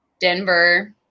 Denver